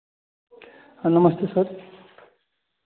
नमस्ते सर